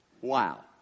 Wow